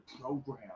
program